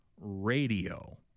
radio